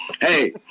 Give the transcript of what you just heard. hey